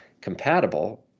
compatible